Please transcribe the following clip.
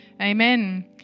amen